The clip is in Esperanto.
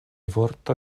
vorto